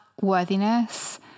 worthiness